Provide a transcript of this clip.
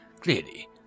Clearly